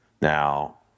Now